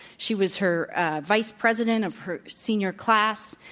she was her vice president of her senior class.